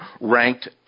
ranked